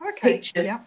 pictures